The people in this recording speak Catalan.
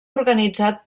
organitzat